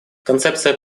концепция